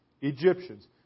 Egyptians